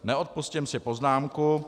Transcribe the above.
Neodpustím si poznámku.